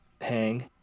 hang